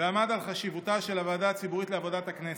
ועמד על חשיבותה של הוועדה הציבורית לעבודת הכנסת.